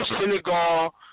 Senegal